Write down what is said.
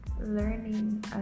learning